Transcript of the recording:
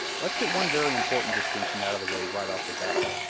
let's get one very important distinction out of the way right off the bat.